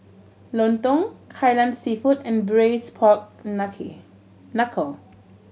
lontong Kai Lan Seafood and braised pork knuckle